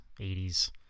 80s